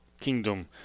kingdom